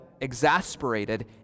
exasperated